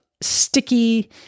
sticky